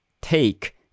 take